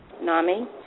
NAMI